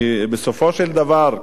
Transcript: כי בסופו של דבר,